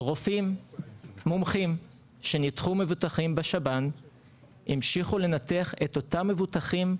רופאים מומחים שניתחו מבוטחים בשב"ן המשיכו לנתח את אותם מבוטחים בסל.